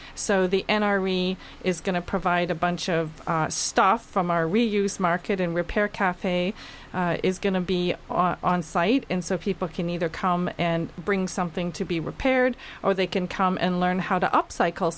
army is going to provide a bunch of stuff from our reuse market and repair caf is going to be on site and so people can either come and bring something to be repaired or they can come and learn how to up cycle